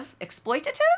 Exploitative